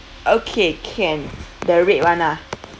okay can the red [one] ah